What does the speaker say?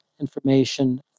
information